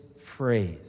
phrase